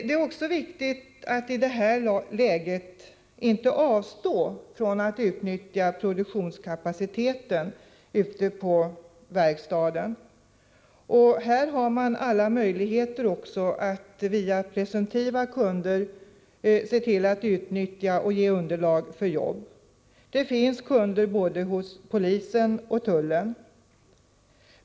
Det är viktigt att i nuvarande läge inte avstå från att utnyttja produktionskapacitet på verkstaden. Här har man alla möjligheter att via presumtiva kunder se till att utnyttja kapaciteten och ge underlag för jobb. Det finns kunder inom både polisen och tullen.